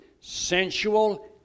sensual